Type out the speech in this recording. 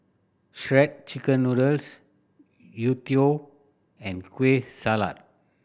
Shredded Chicken Noodles youtiao and Kueh Salat